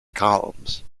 columns